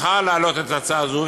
בחר להעלות את ההצעה הזו,